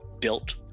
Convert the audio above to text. built